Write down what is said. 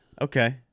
Okay